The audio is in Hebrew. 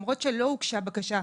למרות שלא הוגשה בקשה,